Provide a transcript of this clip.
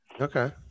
okay